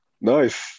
Nice